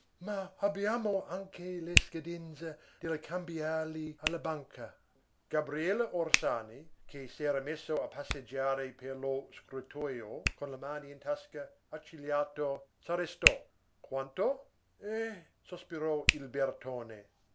ma abbiamo anche le scadenze delle cambiali alla banca gabriele orsani che s'era messo a passeggiare per lo scrittojo con le mani in tasca accigliato s'arrestò quanto eh sospirò il bertone